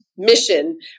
Mission